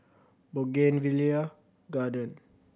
Bougainvillea Garden